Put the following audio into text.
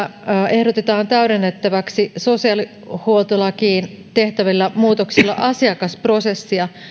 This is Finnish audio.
ehdotetaan täydennettäväksi sosiaalihuoltolakiin tehtävillä muutoksilla asiakasprosessia